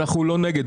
אנחנו לא נגד.